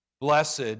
blessed